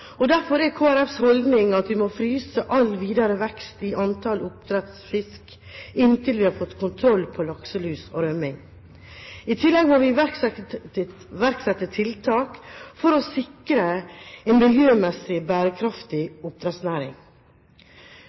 og derfor er Kristelig Folkepartis holdning at vi må fryse all videre vekst i antall oppdrettsfisk inntil vi har fått kontroll på lakselus og rømming. I tillegg må vi iverksette tiltak for å sikre en miljømessig bærekraftig